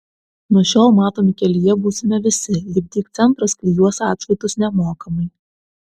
nuo šiol matomi kelyje būsime visi lipdyk centras klijuos atšvaitus nemokamai